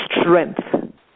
strength